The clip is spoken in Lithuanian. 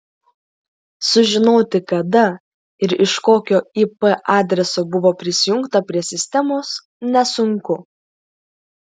sužinoti kada ir iš kokio ip adreso buvo prisijungta prie sistemos nesunku